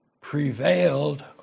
prevailed